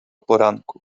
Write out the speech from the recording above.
poranku